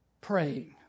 praying